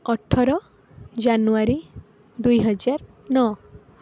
ଅଠର ଜାନୁୟାରୀ ଦୁଇ ହଜାର ନଅ